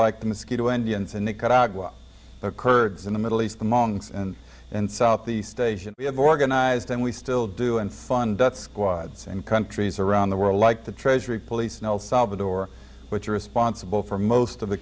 like the mosquito indians in nicaragua the kurds in the middle east the monks and in southeast asia we have organized and we still do and fund death squads in countries around the world like the treasury police in el salvador which are responsible for most of the